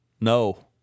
No